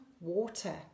water